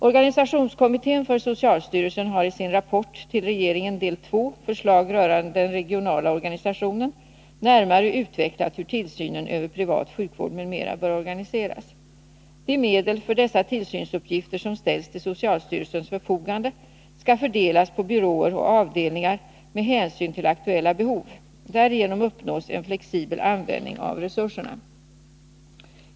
Organisationskommittén för socialstyrelsen har i sin rapport till regeringen, Del 2, Förslag rörande den regionala organisationen, närmare utvecklat hur tillsynen över privat sjukvård m.m. bör organiseras. De medel för dessa tillsynsuppgifter som ställs till socialstyrelsens förfogande skall fördelas på byråer och avdelningar med hänsyn till aktuella behov. Därigenom uppnås en flexibel användning av resurserna.